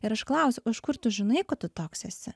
ir aš klausiu o iš kur tu žinai kad tu toks esi